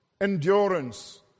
endurance